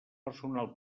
personal